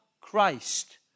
Christ